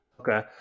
Okay